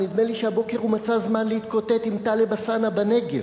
נדמה לי שהבוקר הוא מצא זמן להתקוטט עם טלב אלסאנע בנגב,